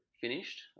finished